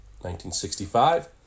1965